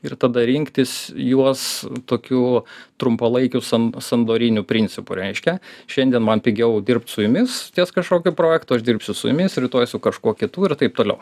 ir tada rinktis juos tokių trumpalaikių san sandoriniu principu reiškia šiandien man pigiau dirbt su jumis ties kažkokiu projektu aš dirbsiu su jumis rytoj aš su kažkuo kitu ir taip toliau